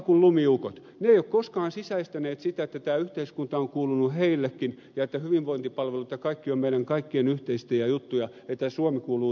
he eivät ole koskaan sisäistäneet sitä että tämä yhteiskunta on kuulunut heillekin ja että hyvinvointipalvelut ja kaikki ovat meidän kaikkien yhteisiä juttuja ja että suomi kuuluu suomalaisille